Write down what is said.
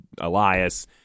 Elias